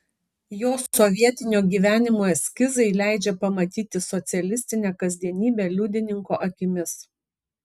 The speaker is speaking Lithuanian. jo sovietinio gyvenimo eskizai leidžia pamatyti socialistinę kasdienybę liudininko akimis